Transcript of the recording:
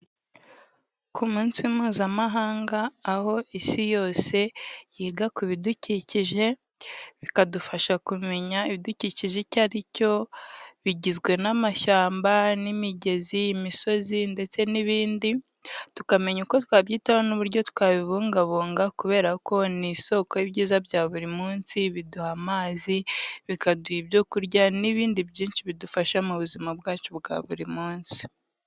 Ku munsi Mpuzamahanga, aho Isi yose yiga ku bidukikije, bikadufasha kumenya ibidukikije icyo ari cyo, bigizwe n'amashyamba n'imigezi, imisozi ndetse n'ibindi. Tukamenya uko twabyitaho n'uburyo twabibungabunga kubera ko ni isoko y'ibyiza bya buri munsi, biduha amazi, bikaduha ibyo kurya n'ibindi byinshi bidufasha mu buzima bwacu bwa buri munsi.